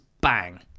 bang